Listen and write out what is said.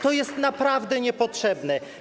To jest naprawdę niepotrzebne.